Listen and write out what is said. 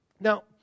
Now